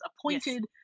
appointed